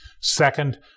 Second